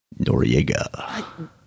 Noriega